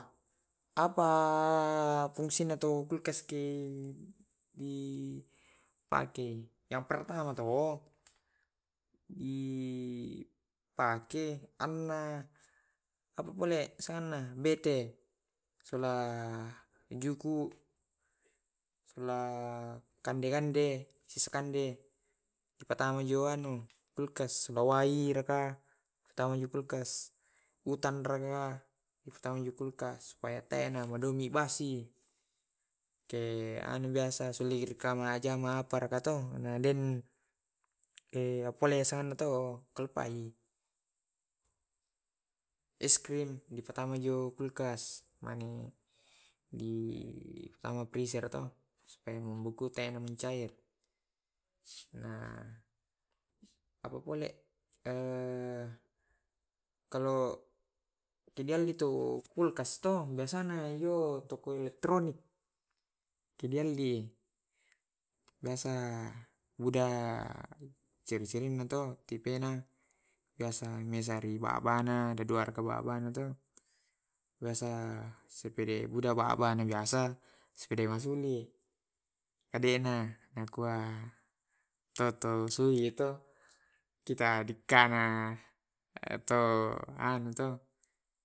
Apa fungsinya tu kulkas kei di pake yang pertama to di pake anna apabole anganna bete sula juku, sula setelah kande kande, sesekande, patama joano kulkas wai raka pattama di kulkas. Utan raka dipattamai jo kulkas supaya tena na banni basi. Ke anu biasa sulirka majama araka to den pole adena to kulupai es krim di patama jo kulkas. di pattama prizer to supaya membeku dena mencari. Apa pole kalo kulkas to biasana to toko elektronik kekealdi biasa buda serre serrena to tipena biasa mesari babana. Biasa sepede buda babana biasa sepede masuli. Ka dena na kua to-tol suli to kita dikana to anu to.